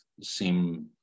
seem